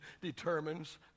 determines